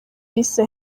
bise